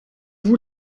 vous